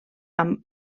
amb